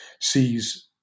sees